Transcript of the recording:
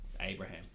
Abraham